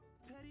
Petty